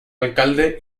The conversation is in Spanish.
alcalde